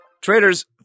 Traders